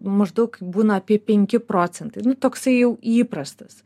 maždaug būna apie penki procentai nu toksai jau įprastas